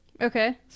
Okay